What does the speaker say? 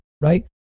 right